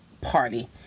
party